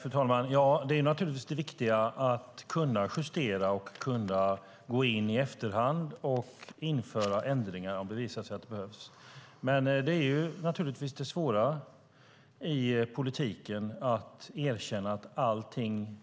Fru talman! Ja, det är naturligtvis det viktiga, att kunna justera och gå in i efterhand och införa ändringar om det visar sig att det behövs. Det är dock naturligtvis det svåra i politiken, att erkänna att allting